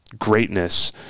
greatness